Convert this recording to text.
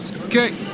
okay